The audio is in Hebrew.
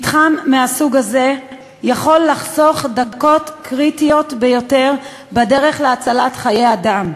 מתחם מהסוג הזה יכול לחסוך דקות קריטיות ביותר בדרך להצלת חיי אדם.